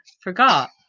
forgot